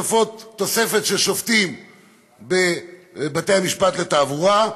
תוספת של שופטים בבתי המשפט לתעבורה,